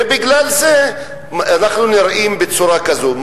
ובגלל זה אנחנו נראים בצורה כזו.